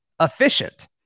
efficient